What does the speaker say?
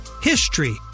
HISTORY